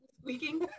Squeaking